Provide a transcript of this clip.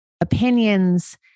opinions